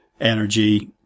energy